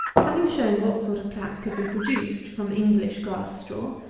having shown what sort of plat could be produced from english grass-straw,